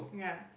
ya